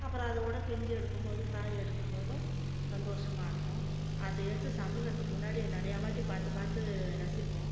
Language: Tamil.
அப்புறம் அதோடு பிஞ்சு எடுக்கும்போது காய் எடுக்கும் போதும் சந்தோஷமாக இருக்கும் அதை எடுத்து சமைக்கிறதுக்கு முன்னாடி நிறையாவாட்டி பார்த்து பார்த்து ரசிப்போம்